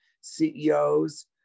CEOs